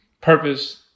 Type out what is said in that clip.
purpose